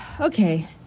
okay